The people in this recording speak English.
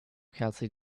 kelsey